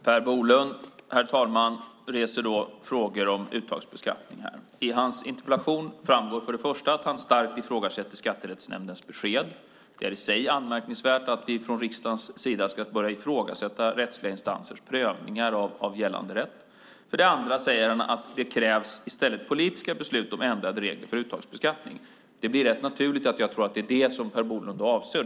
Herr talman! Per Bolund reser här frågor om uttagsbeskattning. I hans interpellation framgår för det första att han starkt ifrågasätter Skatterättsnämndens besked. Det är i sig anmärkningsvärt att vi från riksdagens sida ska börja ifrågasätta rättsliga instansers prövningar av gällande rätt. För det andra säger han att det i stället krävs politiska beslut om ändrade regler för uttagsbeskattning. Det blir rätt naturligt att jag tror att det är det som Per Bolund avser.